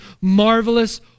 marvelous